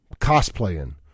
cosplaying